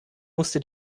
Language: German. musste